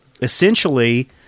essentially